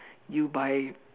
you buy